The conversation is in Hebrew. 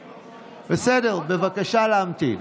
בסדר, בבקשה להמתין.